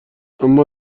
اما